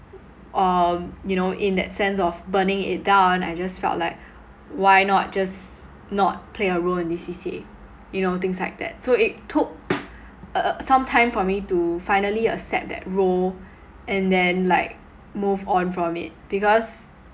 um you know in that sense of burning it down I just felt like why not just not play a role in this C_C_A you know things like that so it took uh some time for me to finally accept that role and then like move on from it because